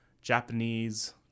Japanese